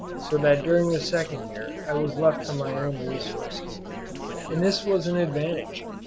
so that during the second year i was left to my own resources and this was an advantage,